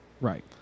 Right